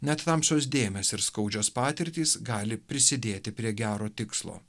net tamsios dėmės ir skaudžios patirtys gali prisidėti prie gero tikslo